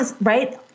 right